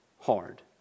hard